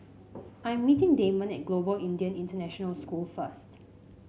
I' m meeting Damon at Global Indian International School first